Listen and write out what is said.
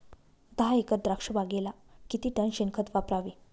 दहा एकर द्राक्षबागेला किती टन शेणखत वापरावे?